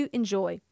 enjoy